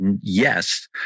yes